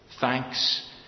Thanks